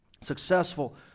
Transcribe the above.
successful